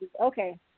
Okay